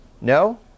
No